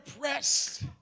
press